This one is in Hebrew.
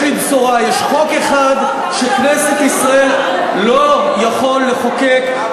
ויש לי בשורה: יש חוק אחד שכנסת ישראל לא יכולה לחוקק,